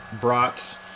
brats